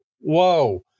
whoa